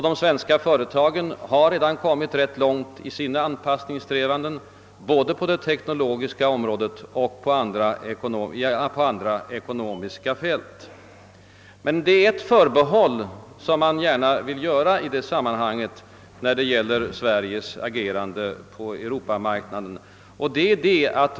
De svenska företagen har redan kommit rätt långt i sina anpassningssträvanden både på det teknologiska området liksom på ekonomiska och andra fält. Men det är ett förbehåll som man gärna vill göra i det här sammanhanget när det gäller Sveriges agerande på Europamarknaden!